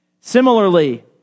Similarly